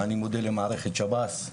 אני מודה למערכת שב"ס,